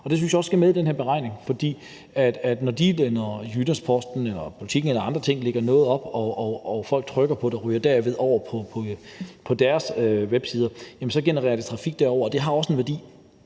og det synes jeg også skal med i den her beregning. For når Jyllands-Posten, Politiken eller andre lægger noget op og folk klikker på det og derved kommer over på deres websider, så genererer det trafik derover, og det har også en værdi.